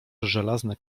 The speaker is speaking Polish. żelazne